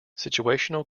situational